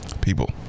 People